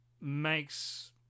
makes